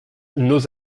nos